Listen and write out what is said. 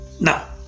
Now